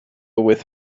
with